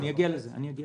אני אגיע לזה.